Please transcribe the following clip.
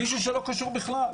מישהו שלא קשור בכלל,